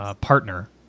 partner